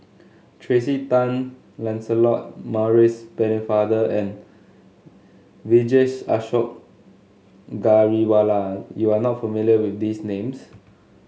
Tracey Tan Lancelot Maurice Pennefather and Vijesh Ashok Ghariwala you are not familiar with these names